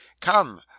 come